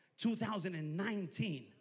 2019